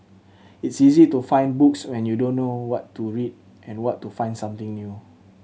it's easy to find books when you don't know what to read and what to find something new